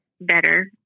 better